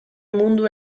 mundu